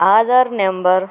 Aadhaar number